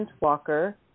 walker